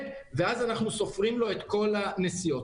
ואז אנחנו סופרים לו את כל הנסיעות.